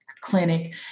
clinic